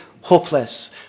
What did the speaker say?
hopeless